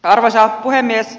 arvoisa puhemies